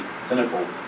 cynical